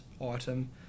item